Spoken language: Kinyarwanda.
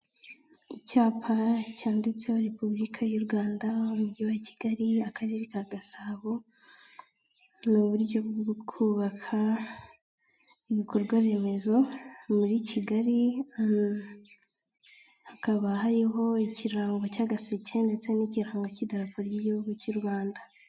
Icyapa cyanditseho repubulika y'u Rwanda, umujyi wa Kigali, akarere ka Gasabo, ni uburyo bwo kubaka ibikorwaremezo muri Kigali. Hakaba hariho ikirango cy'agaseke ndetse n'igirango cy'idarapo ry'igihugu cy'u Rwanda.